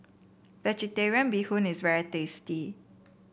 vegetarian Bee Hoon is very tasty